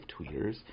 tweeters